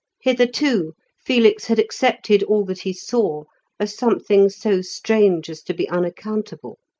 hitherto felix had accepted all that he saw as something so strange as to be unaccountable.